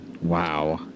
wow